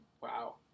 Wow